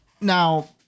Now